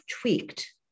tweaked